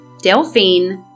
Delphine